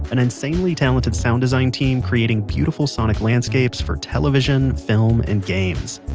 an insanely talented sound design team creating beautiful sonic landscapes for television, film and games.